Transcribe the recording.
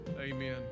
amen